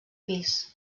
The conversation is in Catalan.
pis